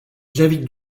j’invite